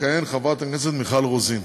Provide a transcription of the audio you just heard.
תכהן חברת הכנסת מיכל רוזין.